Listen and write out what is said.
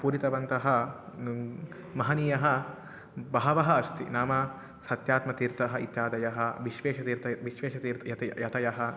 पूरितवन्तः महनीयः बहवः अस्ति नाम सत्यात्मतीर्थः इत्यादयः विश्वेशतीर्थः विश्वेशतीर्थः यत् यतः